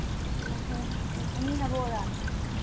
ꯍꯣꯏ ꯑꯅꯤ ꯍꯥꯞꯄꯛꯑꯣꯔꯥ